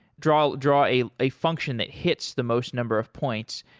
draw draw a a function that hits the most number of points,